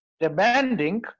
demanding